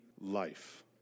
life